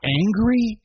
angry